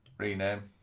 rename